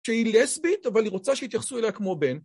שהיא לסבית, אבל היא רוצה שיתייחסו אליה כמו בן.